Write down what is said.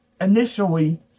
initially